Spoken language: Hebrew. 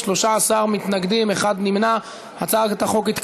עם אופוזיציה כזאת,